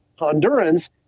Hondurans